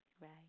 Right